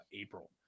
April